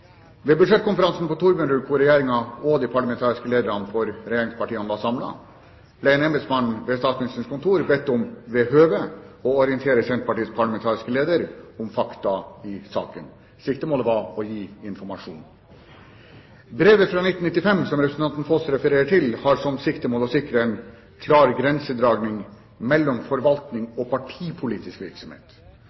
Ved budsjettkonferansen på Thorbjørnrud, hvor Regjeringen og de parlamentariske lederne for regjeringspartiene var samlet, ble en embetsmann ved statsministerens kontor bedt om ved høve å orientere Senterpartiets parlamentariske leder om fakta i saken. Siktemålet var å gi informasjon. Brevet fra 1995 som representanten Foss refererer til, har som siktemål å sikre en klar grensedragning mellom forvaltning og partipolitisk virksomhet.